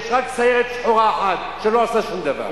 יש רק סיירת שחורה אחת, שלא עושה שום דבר.